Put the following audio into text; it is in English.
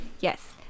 Yes